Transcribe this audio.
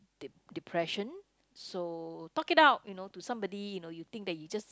dep~ depression so talk it out you know to somebody you think that you just